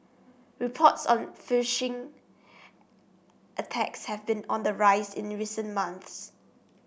reports on phishing attacks have been on the rise in recent months